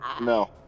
No